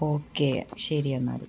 okay ശരി എന്നാൽ